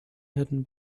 hidden